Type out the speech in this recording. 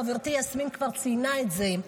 חברתי יסמין כבר ציינה את זה,